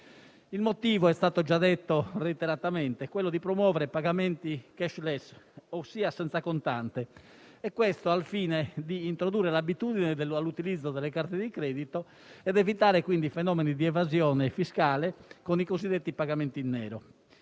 L'obiettivo, più volte ricordato, è quello di promuovere i pagamenti *cashless* (ossia senza contante), al fine di introdurre l'abitudine all'utilizzo delle carte di credito ed evitare quindi fenomeni di evasione fiscale con i cosiddetti pagamenti in nero.